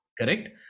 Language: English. Correct